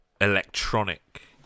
electronic